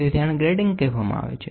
તેથી આને ગ્રેટીંગ કહેવામાં આવે છે